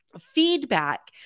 Feedback